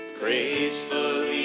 gracefully